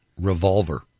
revolver